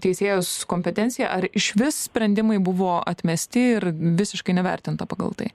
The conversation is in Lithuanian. teisėjos kompetenciją ar išvis sprendimai buvo atmesti ir visiškai nevertinta pagal tai